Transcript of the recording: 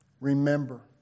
Remember